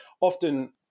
often